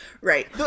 Right